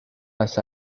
las